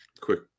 quick